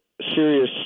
serious –